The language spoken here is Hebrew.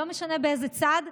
לא משנה באיזה צד,